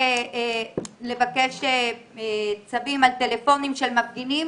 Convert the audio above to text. ולבקש צווים על טלפונים של מפגינים